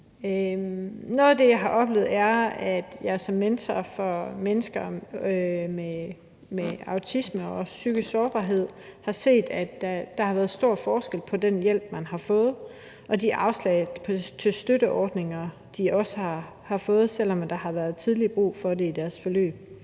Noget af det, jeg har oplevet og set som mentor for mennesker med autisme og psykisk sårbarhed, er, at der har været stor forskel på den hjælp, de har fået, og på de afslag til støtteordninger, de også har fået, selv om der har været tidligt brug for det i deres forløb,